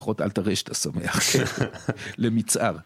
לפחות אל תראה שאתה שמח, למצער.